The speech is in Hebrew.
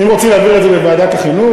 אם רוצים להעביר את זה לוועדת החינוך,